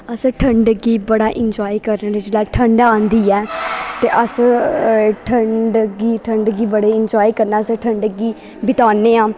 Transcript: अस ठंड गी बड़ा इंजाय करने होने जिसलै ठंड आंदी ऐ ते अस ठंड गी ठंड गी बड़ा इंजाय करना असें ठंड गी बितानेआं